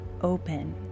open